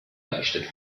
errichtet